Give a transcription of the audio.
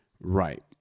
Right